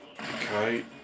Okay